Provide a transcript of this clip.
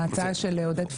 ההצעה של עודד פורר.